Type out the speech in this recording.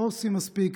לא עושים מספיק,